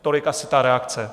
Tolik asi ta reakce.